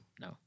No